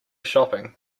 shopping